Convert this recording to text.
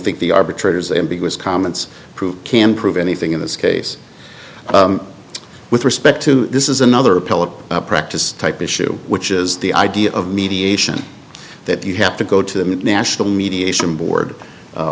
think the arbitrator's ambiguous comments can prove anything in this case with respect to this is another appellate practice type issue which is the idea of mediation that you have to go to the national mediation board